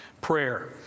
prayer